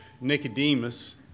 Nicodemus